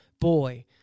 boy